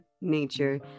nature